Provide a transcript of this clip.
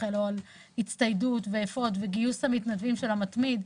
הצטיידות ואפוד וגיוס המתנדבים של המתמיד.